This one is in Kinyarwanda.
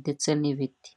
ndetse n'ibiti.